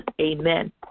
Amen